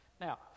Now